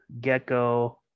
gecko